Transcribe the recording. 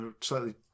slightly